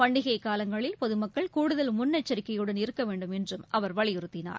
பண்டிகைகாலங்களில் பொதுமக்கள் கூடுதல் முன்னெச்சரிக்கையுடன் இருக்கவேண்டும் என்றும் அவர் வலியுறுத்தினார்